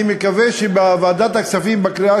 אני מקווה שבוועדת הכספים לקראת קריאה